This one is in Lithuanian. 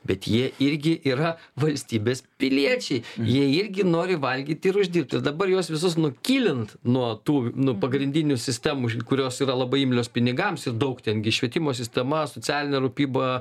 bet jie irgi yra valstybės piliečiai jie irgi nori valgyt ir uždirbt o dabar juos visus nukilint nuo tų nuo pagrindinių sistemų kurios yra labai imlios pinigams ir daug ten gi švietimo sistema socialinė rūpyba